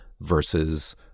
versus